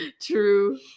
True